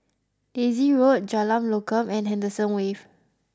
Daisy Road Jalan Lokam and Henderson Wave